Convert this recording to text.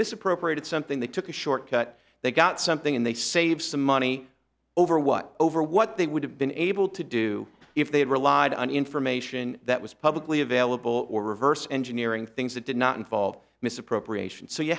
misappropriated something they took a short cut they got something and they save some money over what over what they would have been able to do if they had relied on information that was publicly available or reverse engineering things that did not involve misappropriation so you